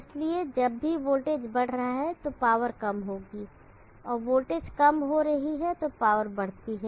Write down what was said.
इसलिए जब भी वोल्टेज बढ़ रहा है तो पावर कम हो रही है और वोल्टेज कम हो रही है तो पावर बढ़ती है